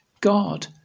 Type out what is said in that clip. God